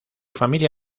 familia